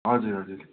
हजुर हजुर